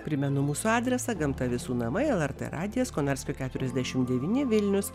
primenu mūsų adresą gamta visų namai lrt radijas konarskio keturiasdešim devyni vilnius